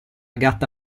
gatta